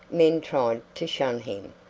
men tried to shun him,